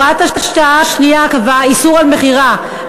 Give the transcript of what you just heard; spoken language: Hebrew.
הוראת השעה השנייה קבעה איסור על מכירה,